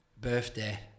birthday